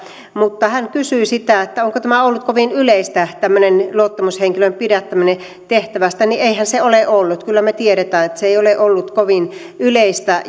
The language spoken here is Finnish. mutta kun hän kysyi sitä onko ollut kovin yleistä tämmöinen luottamushenkilön pidättäminen tehtävästään niin eihän se ole ollut kyllä me tiedämme että se ei ole ollut kovin yleistä